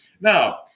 Now